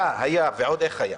היה, היה, ועוד איך היה.